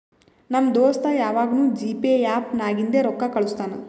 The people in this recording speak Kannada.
ನಮ್ ದೋಸ್ತ ಯವಾಗ್ನೂ ಜಿಪೇ ಆ್ಯಪ್ ನಾಗಿಂದೆ ರೊಕ್ಕಾ ಕಳುಸ್ತಾನ್